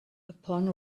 upon